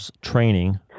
training